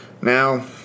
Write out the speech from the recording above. Now